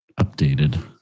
updated